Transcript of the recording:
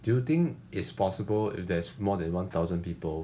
do you think it's possible if there's more than one thousand people